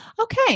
Okay